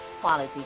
quality